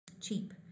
Cheap